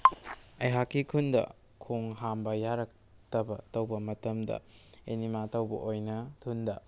ꯑꯩꯍꯥꯛꯀꯤ ꯈꯨꯟꯗ ꯈꯣꯡ ꯍꯥꯝꯕ ꯌꯥꯔꯛꯇꯕ ꯇꯧꯕ ꯃꯇꯝꯗ ꯑꯦꯅꯦꯃꯥ ꯇꯧꯕ ꯑꯣꯏꯅ ꯊꯨꯟꯗ